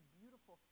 beautiful